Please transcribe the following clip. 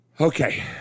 Okay